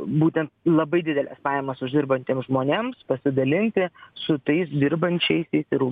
būten labai dideles pajamas uždirbantiems žmonėms pasidalinti su tais dirbančiaisiais ir